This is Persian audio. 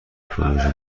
پروژه